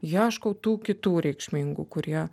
ieškau tų kitų reikšmingų kurie